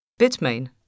Bitmain